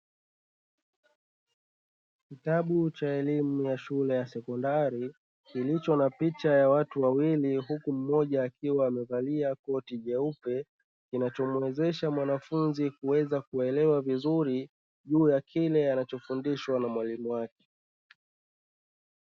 Kitabu cha elimu ya shule ya sekondari kilicho na picha ya watu wawili huku mmoja akiwa amevalia koti jeupe, kinachomuwezesha mwanafunzi kuweza kuelewa vizuri juu ya kile anacho fundishwa na mwalimu wake.